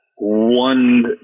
one